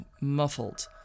muffled